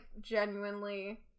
genuinely